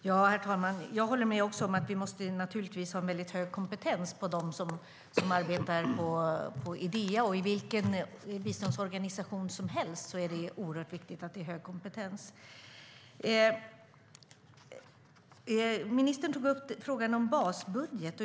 Herr talman! Jag håller med om att vi naturligtvis måste ha en väldigt hög kompetens på dem som arbetar på Idea. I vilken biståndsorganisation som helst är det oerhört viktigt att det är hög kompetens. Ministern tog upp frågan om basbudget.